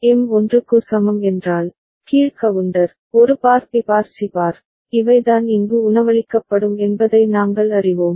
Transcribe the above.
M 1 க்கு சமம் என்றால் கீழ் கவுண்டர் ஒரு bar B bar C bar இவைதான் இங்கு உணவளிக்கப்படும் என்பதை நாங்கள் அறிவோம்